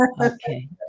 Okay